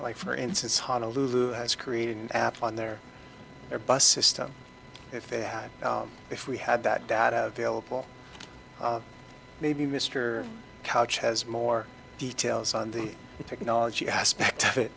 like for instance honolulu has created an app on their their bus system if they have if we had that data available maybe mr couch has more details on the technology aspect of it